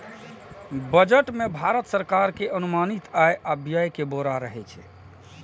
budget मे भारत सरकार के अनुमानित आय आ व्यय के ब्यौरा रहै छै